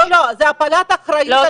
זו הפעלת אחריות על מישהו אחר.